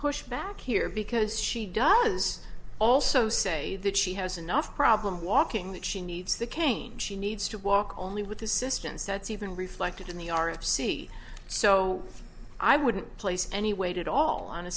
push back here because she does also say that she has enough problem walking that she needs the cane she needs to walk only with assistance that's even reflected in the are at sea so i wouldn't place any weight at all on a